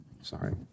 Sorry